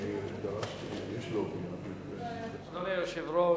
אדוני היושב-ראש,